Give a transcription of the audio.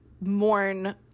mourn